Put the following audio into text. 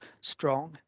strong